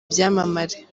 byamamare